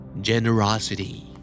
Generosity